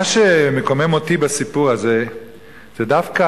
מה שקומם אותי בסיפור הזה הוא דווקא